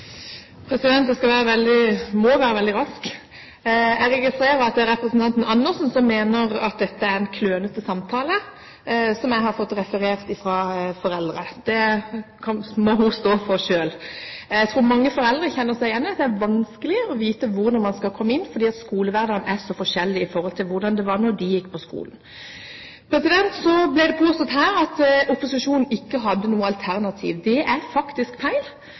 skal – jeg må – være veldig rask. Jeg registrerer at representanten Andersen mener at den samtalen som jeg har fått referert fra foreldre, er en klønete samtale. Det må hun stå for selv. Jeg tror mange foreldre kjenner seg igjen i at det er vanskelig å vite hvordan man skal komme inn, fordi skolehverdagen er så forskjellig i forhold til slik det var da de gikk på skolen. Så ble det påstått her at opposisjonen ikke hadde noe alternativ. Det er faktisk feil,